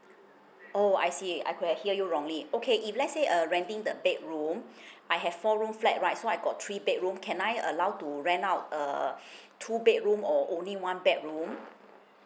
oh I see I could've hear you wrongly okay if let's say uh renting the bedroom I have four room flat right so I got three bedroom can I allow to rent out err two bedroom or only one bedroom